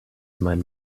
meinen